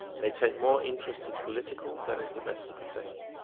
they take more interest in political than in domestic affairs.